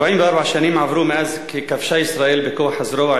44 שנים עברו מאז כבשה ישראל בכוח הזרוע את